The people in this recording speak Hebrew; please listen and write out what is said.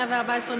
114,